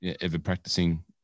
ever-practicing